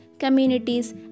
communities